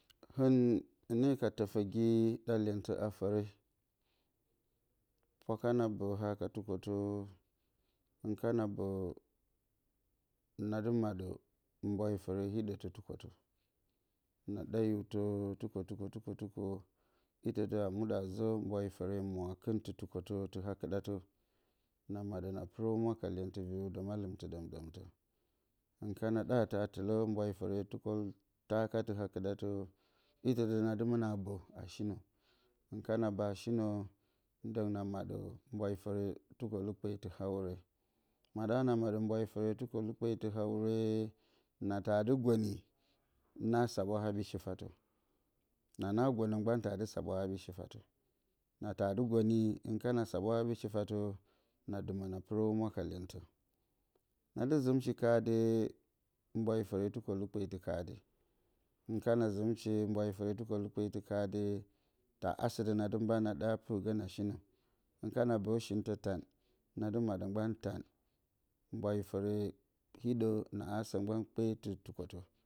Hɨn, hɨne ka tǝfǝgi ɗa lyentǝ a fǝre, pwa kana bǝ haa ka tukwotǝ, hɨn kana bǝ, nadɨ maɗǝ mwayi fǝre hiɗǝtɨ tukwotǝ. na ɗa hiwtɨ, tukwo-tukwo tukwo-tukwo. itǝ dǝ a muɗǝ zǝ mbwayi fǝre mwaakɨntɨ tukwotǝ. tɨ haa-kɨɗatǝ. Na maɗǝ na pɨrǝ ka lyentɨ viriwdǝ mallɨmtɨ ɗǝm-ɗǝmtǝ. Hɨn kana ɗa tǝ a tɨlǝ mbwayi fǝre tukoltaakatɨ haa-kɨɗatǝ. Itǝ dǝ ma dɨ mɨnǝ a bǝ a shinǝ. hɨn kana bǝ a shinǝ, ndǝng na maɗǝ, mbwayi fǝre tukolǝkpetɨ awure. Maɗa na maɗǝ mbwayi fǝre tukolɨkpe tɨ haa-wure, na taa dɨ gǝni, na swaɓwa haɓyi shifatǝ. Na na gonǝ mgban taa dɨ swaɓwa haɓyi shifatǝ. Na taa dɨ goni, hɨn kana swaɓwa haɓyi shifatǝ, na dɨmǝ na pɨrǝ humwa ka lyentǝ. Na dɨ zɨmshi kaade mbwayi fǝre tukolukpetɨ kaade. Hɨn kana zɨmshe mbwayi fǝre tukolɨkpetɨ kaade, taa asǝ dǝ na dɨ mban a ɗa pɨrgǝ na shinǝ. Hɨn kana bǝ shintǝ tan, na dɨ maɗǝ mgban tan. mbwayi fǝre hiɗǝ naasǝ mgban kpetɨ tukwotǝ.